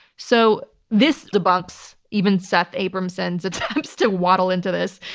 so, this debunks even seth abramson's attempts to waddle into this.